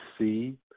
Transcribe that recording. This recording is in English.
see